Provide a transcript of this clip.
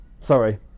Sorry